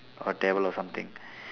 or devil or something